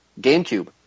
GameCube